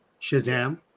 Shazam